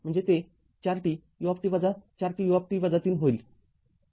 म्हणजे ते ४t u ४t ut ३ होईल